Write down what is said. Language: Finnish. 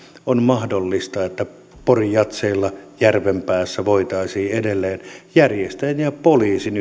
on mahdollista että pori jazzeilla ja järvenpäässä voitaisiin edelleen järjestäjien ja poliisin